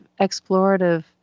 explorative